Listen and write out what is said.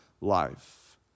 life